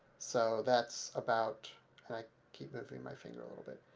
so that's about and i keep moving my finger a little bit.